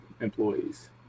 employees